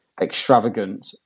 extravagant